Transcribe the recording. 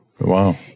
Wow